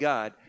God